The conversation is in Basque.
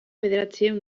bederatziehun